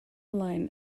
line